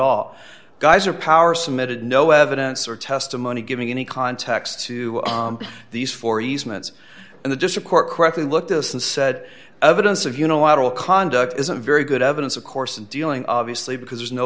all guys or power submitted no evidence or testimony giving any context to these four easements and the district court correctly looked at us and said evidence of unilateral conduct isn't very good evidence of course in dealing obviously because there's no